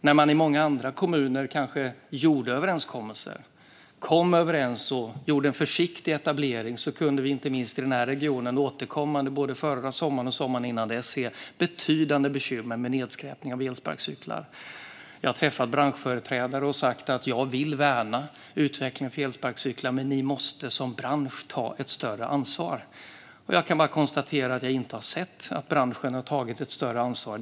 När man i många andra kommuner kanske kom överens och gjorde en försiktig etablering kunde vi inte minst i den här regionen återkommande, både förra sommaren och sommaren innan dess, se betydande bekymmer med nedskräpning av elsparkcyklar. Jag har träffat branschföreträdare och sagt att jag vill värna utvecklingen för elsparkcyklar, men att de som bransch måste ta ett större ansvar. Jag kan bara konstatera att jag inte har sett att branschen har tagit ett större ansvar.